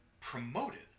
promoted